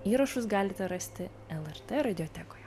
įrašus galite rasti lrt radiotekoje